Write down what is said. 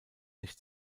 nicht